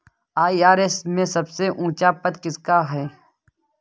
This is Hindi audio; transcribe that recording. आई.आर.एस में सबसे ऊंचा पद किसका होता है?